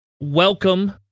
welcome